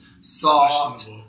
soft